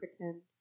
pretend